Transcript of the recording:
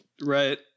Right